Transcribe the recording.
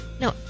no